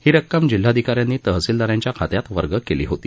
ही रक्कम जिल्हाधिकारी यांनी तहसीलदारांच्या खात्यात वर्ग केली होती